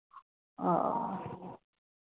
ओ